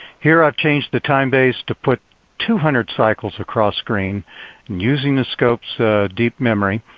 here i've changed the timebase to put two hundred cycles across screen using the scope's deep memory.